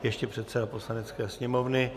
Ještě předseda Poslanecké sněmovny.